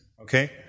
Okay